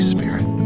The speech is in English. Spirit